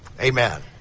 Amen